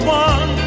one